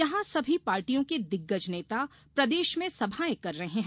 यहां सभी पार्टियों के दिग्गज नेता प्रदेश में सभायें कर रहे हैं